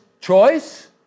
choice